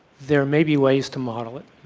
there may be ways to model it.